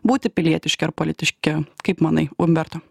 būti pilietiški ar politiški kaip manai umberto